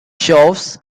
shows